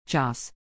Joss